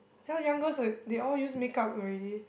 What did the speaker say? some young girls they all use makeup already